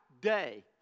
day